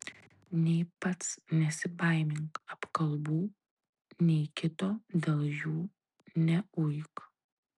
nei pats nesibaimink apkalbų nei kito dėl jų neuik